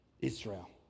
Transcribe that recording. Israel